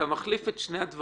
אתה מחליף את שני הדברים,